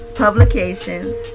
Publications